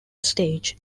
stage